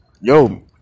yo